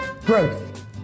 growth